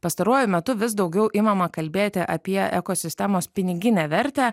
pastaruoju metu vis daugiau imama kalbėti apie ekosistemos piniginę vertę